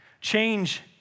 change